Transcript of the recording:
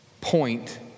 point